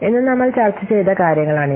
ഇന്ന് നമ്മൾ ചർച്ച ചെയ്ത കാര്യങ്ങളാണിവ